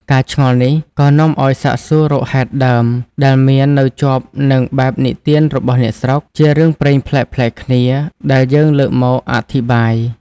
ការឆ្ងល់នេះ ក៏នាំឲ្យសាកសួររកហេតុដើម ដែលមាននៅជាប់នឹងបែបនិទានរបស់អ្នកស្រុក ជារឿងព្រេងប្លែកៗគ្នា ដែលយើងលើកមកអធិប្បាយ។